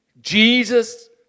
Jesus